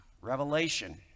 revelation